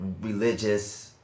religious